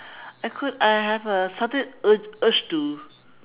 I could I have a sudden urge urge to